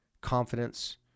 confidence